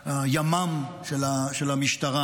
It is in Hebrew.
ימ"מ של המשטרה,